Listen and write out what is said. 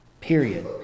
Period